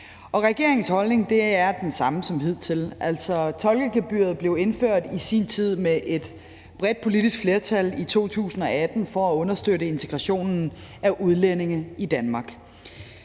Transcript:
regeringens holdning er den samme som hidtil. Tolkegebyret blev i sin tid indført med et bredt politisk flertal i 2018 for at understøtte integrationen af udlændinge i Danmark.